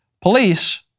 police